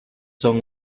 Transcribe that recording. son